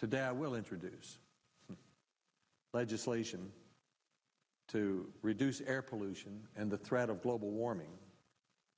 today i will introduce legislation to reduce air pollution and the threat of global warming